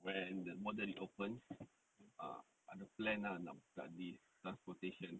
when the border reopens err ada plan ah this transportation